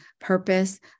purpose